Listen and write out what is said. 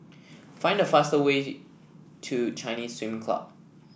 find the fastest way to Chinese Swimming Club